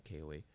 KOA